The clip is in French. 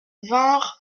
vinrent